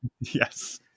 yes